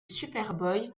superboy